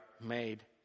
made